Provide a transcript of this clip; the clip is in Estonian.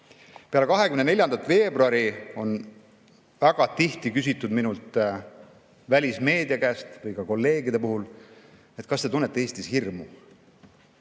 Peale 24. veebruari on väga tihti küsitud minult välismeedias või ka kolleegide poolt, kas te tunnete Eestis hirmu.